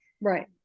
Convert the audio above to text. Right